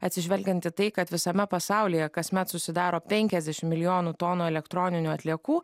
atsižvelgiant į tai kad visame pasaulyje kasmet susidaro penkiasdešimt milijonų tonų elektroninių atliekų